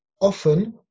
Often